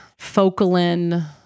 Focalin